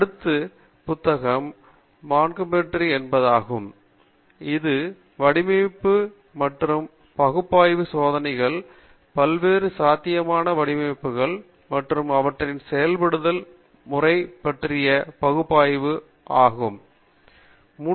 அடுத்த புத்தகம் மான்ட்கோமரி என்பதாகும் இது வடிவமைப்பு மற்றும் பகுப்பாய்வு சோதனைகளை பல்வேறு சாத்தியமான வடிவமைப்புகள் மற்றும் அவற்றின் செயல்படுத்தல் முறை மற்றும் பகுப்பாய்வு ஆகியவற்றைக் கையாளும்